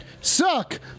Suck